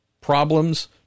problems